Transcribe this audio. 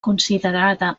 considerada